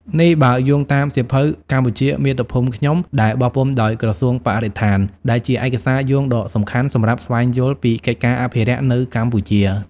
នេះបើយោងតាមសៀវភៅ "កម្ពុជាមាតុភូមិខ្ញុំ" ដែលបោះពុម្ពដោយក្រសួងបរិស្ថាន ដែលជាឯកសារយោងដ៏សំខាន់សម្រាប់ស្វែងយល់ពីកិច្ចការអភិរក្សនៅកម្ពុជា។